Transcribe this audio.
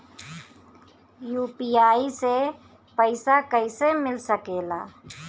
UPI से पइसा कईसे मिल सके ला?